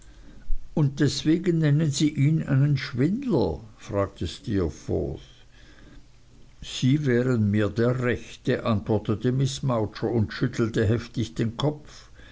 und deswegen nennen sie ihn einen schwindler fragte steerforth sie wären mir der rechte antwortete miß mowcher und schüttelte heftig den kopf